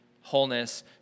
wholeness